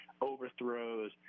overthrows